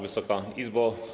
Wysoka Izbo!